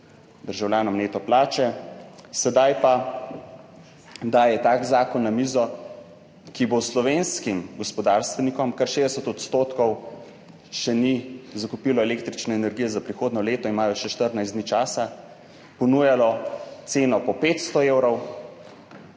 državljanom neto plače. Sedaj pa daje na mizo tak zakon, ki bo slovenskim gospodarstvenikom, kar 60 % jih še ni zakupilo električne energije za prihodnje leto, imajo še 14 dni časa, ponujalo ceno po 500 evrov,